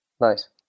nice